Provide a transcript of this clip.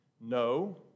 No